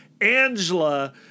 Angela